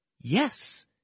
Yes